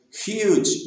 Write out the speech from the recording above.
huge